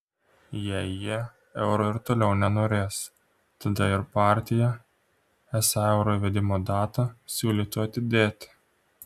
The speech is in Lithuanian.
jei jie euro ir toliau nenorės tada ir partija esą euro įvedimo datą siūlytų atidėti